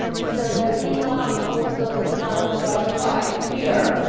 so the cleaning up also is done by the wife here.